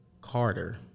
Carter